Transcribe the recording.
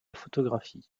photographie